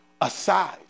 aside